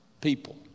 people